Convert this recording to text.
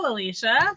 Alicia